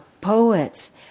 poets